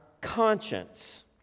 conscience